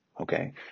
Okay